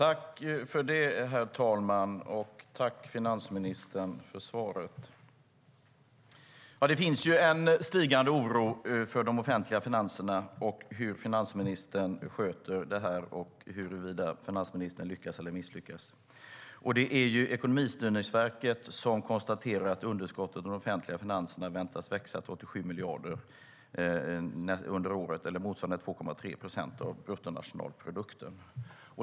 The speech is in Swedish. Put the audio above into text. Herr talman! Jag tackar finansministern för svaret. Det finns en stigande oro för de offentliga finanserna och för hur finansministern sköter detta och huruvida han lyckas eller misslyckas. Det är Ekonomistyrningsverket som konstaterar att underskottet i de offentliga finanserna nästa år väntas växa till 87 miljarder, eller motsvarande 2,3 procent av bruttonationalprodukten.